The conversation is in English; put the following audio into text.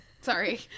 Sorry